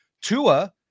Tua